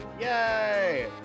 yay